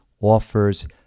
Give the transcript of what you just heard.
offers